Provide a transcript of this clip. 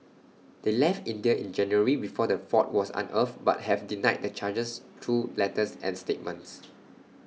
they left India in January before the fraud was unearthed but have denied the charges through letters and statements